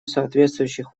соответствующих